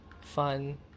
fun